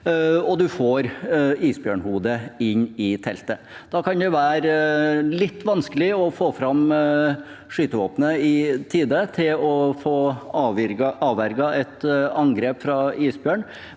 og du får et isbjørnhode inn i teltet. Da kan det være litt vanskelig å få fram skytevåpenet i tide til å få avverget et angrep fra isbjørnen,